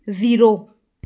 zero